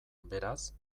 beraz